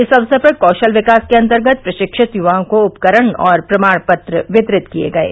इस अवसर पर कौशल विकास के अन्तर्गत प्रशिक्षित युवाओं को उपकरण और प्रमाण पत्र वितरित किये गये